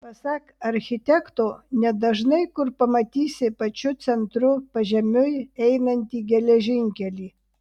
pasak architekto nedažnai kur pamatysi pačiu centru pažemiui einantį geležinkelį